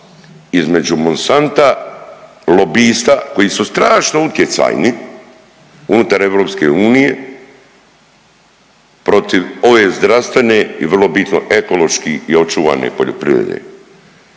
između Monsanta, lobista koji su strašno utjecajni unutar EU protiv ove zdravstvene i vrlo bitno ekološki i očuvane poljoprivrede.